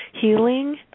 healing